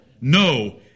No